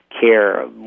care